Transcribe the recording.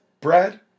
Brad